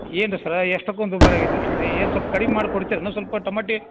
ಏನು ರೀ ಸರ್ರಾ ಎಷ್ಟಕ್ಕೊಂದು ದುಬಾರಿ ಆಗೈತಲ್ರೀ ಏನು ಸ್ವಲ್ಪ ಕಡಿಮೆ ಮಾಡಿ ಕೊಡ್ತೀರ ಏನು ಸ್ವಲ್ಪ ಟೊಮಟಿ